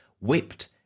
whipped